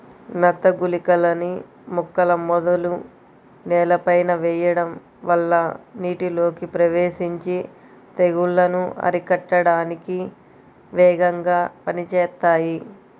నత్త గుళికలని మొక్కల మొదలు నేలపైన వెయ్యడం వల్ల నీటిలోకి ప్రవేశించి తెగుల్లను అరికట్టడానికి వేగంగా పనిజేత్తాయి